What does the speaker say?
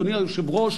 אדוני היושב-ראש,